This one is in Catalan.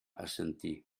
assentir